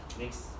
next